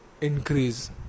increase